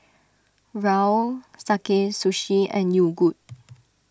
Raoul Sakae Sushi and Yogood